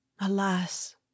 Alas